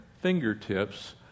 fingertips